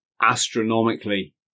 astronomically